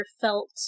felt